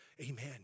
Amen